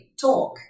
talk